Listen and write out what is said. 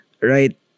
right